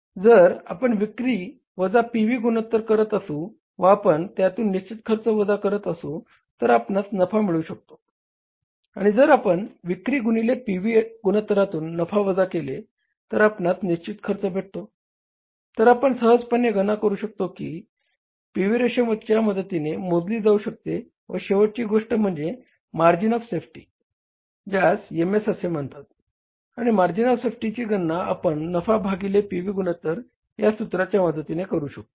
जर आपण विक्री वजा पी व्ही गुणोत्तर करत असू व आपण त्यातून निश्चित खर्च वजा करत असू तर आपणास नफा मिळू शकतो आणि जर आपण विक्री गुणिले पी व्ही गुणोत्तरातुन नफा वजा केले तर आपणास निश्चित खर्च भेटतो तर आपण सहजपणे गणना करू शकतो आणि पी व्ही रेशोच्या मदतीने मोजली जाऊ शकते अशी शेवटची गोष्ट म्हणजे मार्जिन ऑफ सेफ्टी ज्यास M S असे म्हणतात आणि मार्जिन ऑफ सेफ्टीची गणना आपण नफा भागिले पी व्ही गुणोत्तर या सूत्राच्या मदतीने करू शकतो